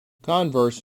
converse